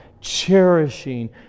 cherishing